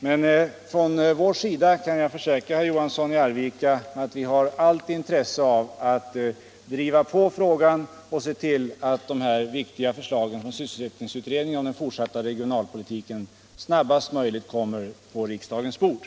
Jag kan emellertid försäkra herr Johansson i Arvika att vi från vår sida har allt intresse av att driva på frågan och se till att de viktiga förslagen från sysselsättningsutredningen om den fortsatta regionalpolitiken snarast möjligt kommer på riksdagens bord.